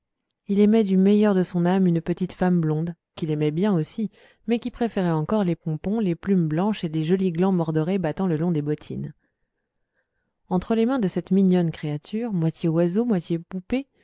il aimait du meilleur de son âme une petite femme blonde qui l'aimait bien aussi mais qui préférait encore les pompons les plumes blanches et les jolis glands mordorés battant le long des bottines entre les mains de cette mignonne créature moitié oiseau moitié poupée